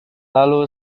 lalu